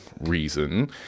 reason